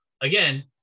Again